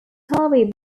harvey